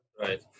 Right